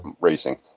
racing